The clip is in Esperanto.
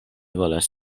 volas